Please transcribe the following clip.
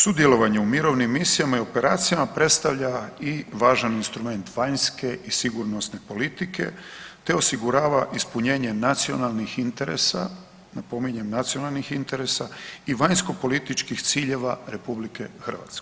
Sudjelovanje u mirovnim misijama i operacijama predstavlja i važan instrument vanjske i sigurnosne politike te osigurava ispunjenje nacionalnih interesa, napominjem, nacionalnih interesa i vanjskopolitičkih ciljeva RH.